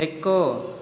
ಬೆಕ್ಕು